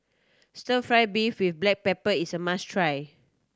Stir Fry beef with black pepper is a must try